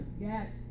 Yes